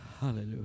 Hallelujah